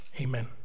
Amen